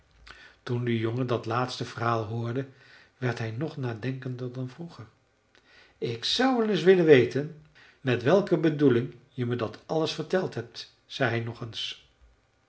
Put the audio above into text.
toen de jongen dat laatste verhaal hoorde werd hij nog nadenkender dan vroeger ik zou wel eens willen weten met welke bedoeling je me dat alles verteld hebt zei hij nog eens